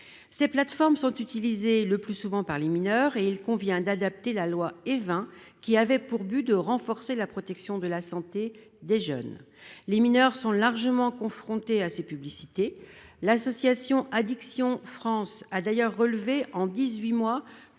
plateformes utilisées le plus souvent par les mineurs. Il convient donc d'adapter la loi Évin, qui avait pour objet de renforcer la protection de la santé des jeunes. Les mineurs sont largement confrontés à ces publicités. L'association Addictions France a d'ailleurs relevé en dix-huit